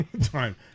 time